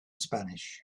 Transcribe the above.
spanish